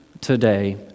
today